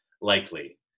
likely